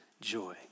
joy